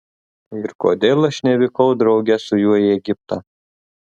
ir kodėl aš nevykau drauge su juo į egiptą